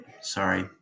Sorry